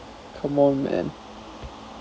come on man